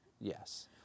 Yes